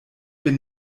bin